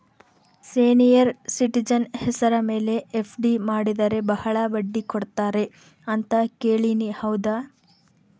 Senior citizen ಹೆಸರ ಮೇಲೆ FD ಮಾಡಿದರೆ ಬಹಳ ಬಡ್ಡಿ ಕೊಡ್ತಾರೆ ಅಂತಾ ಕೇಳಿನಿ ಹೌದಾ?